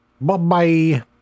Bye-bye